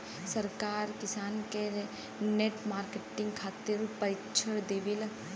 सरकार किसान के नेट मार्केटिंग खातिर प्रक्षिक्षण देबेले?